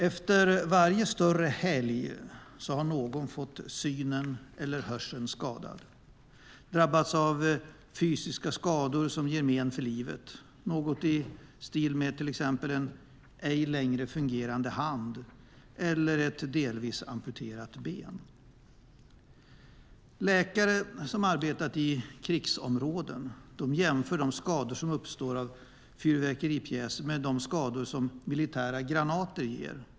Efter varje större helg har någon fått synen eller hörseln skadad eller drabbats av andra fysiska skador som ger men för livet, till exempel en ej längre fungerande hand eller ett delvis amputerat ben. Läkare som arbetat i krigsområden jämför de skador som uppstår av fyrverkeripjäser med de skador som militära granater ger.